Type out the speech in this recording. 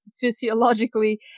physiologically